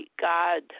God